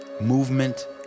movement